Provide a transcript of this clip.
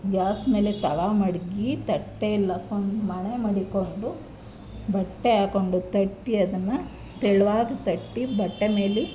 gas ಮೇಲೆ ತವ ಮಡಗಿ ತಟ್ಟೆಲಾಕ್ಕೊಂಡು ಮಣೆ ಮಡಿಕ್ಕೊಂಡು ಬಟ್ಟೆ ಹಾಕ್ಕೊಂಡು ತಟ್ಟಿ ಅದನ್ನು ತೆಳುವಾಗಿ ತಟ್ಟಿ ಬಟ್ಟೆ ಮೇಲೆ